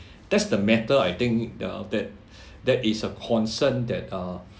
that's the matter I think the that that is a concern that uh